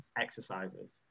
exercises